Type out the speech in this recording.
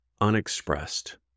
unexpressed